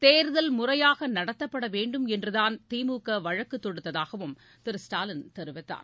தேர்தல் முறையாக நடத்தப்படவேண்டும் என்று தான் திமுக வழக்கு தொடுத்ததாகவும் திரு ஸ்டாலின் தெரிவித்தார்